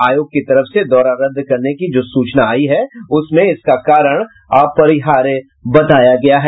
आयोग के तरफ से दौरा रद्द करने की जो सूचना आयी है उसमें इसका कारण अपरिहार्य बताया गया है